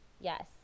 yes